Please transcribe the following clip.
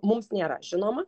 mums nėra žinoma